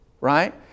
Right